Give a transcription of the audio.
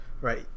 Right